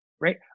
right